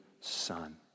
son